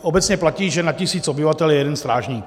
Obecně platí, že na tisíc obyvatel je jeden strážník.